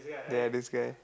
ya this guy